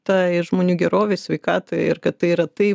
tai žmonių gerovei sveikatai ir kad tai yra tai